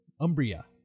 umbria